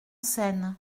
scène